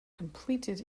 completed